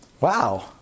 Wow